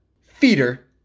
Feeder